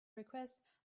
request